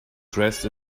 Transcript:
dressed